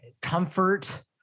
comfort